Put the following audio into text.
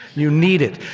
you knead it.